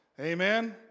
Amen